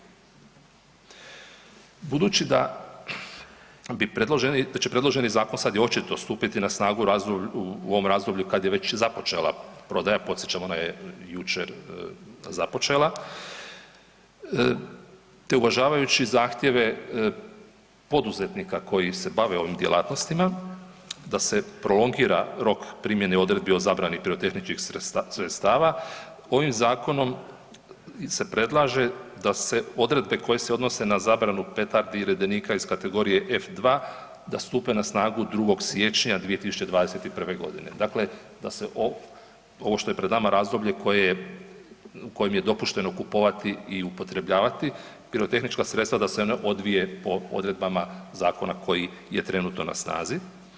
Budući da će predloženi zakon sad i očito stupiti na snagu u ovom razdoblju kad je već započela prodaja, podsjećamo ona je jučer započela, te uvažavajući zahtjeve poduzetnika koji se bave ovim djelatnostima da se prolongira rok primjene odredbi o zabrani pirotehničkih sredstava kojim zakonom se predlaže da se odredbe koje se odnose na zabranu petardi i redenika iz kategorije F-2 da stupe na snagu 2. siječnja 2021.g., dakle da se ovo što je pred nama razdoblje u kojem je dopušteno kupovati i upotrebljavati pirotehnička sredstva da se ne odvije po odredbama zakona koji je trenutno na snazi.